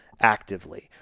actively